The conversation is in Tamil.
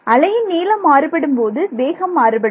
அலையின் நீளம் மாறுபடும்போது வேகம் மாறுபடும்